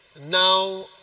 now